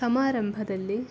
ಸಮಾರಂಭದಲ್ಲಿ